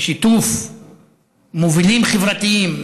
בשיתוף מובילים חברתיים,